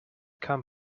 come